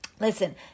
Listen